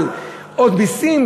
אבל עוד מסים,